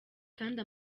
kandi